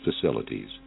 facilities